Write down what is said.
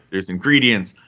there's ingredients.